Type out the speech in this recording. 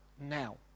now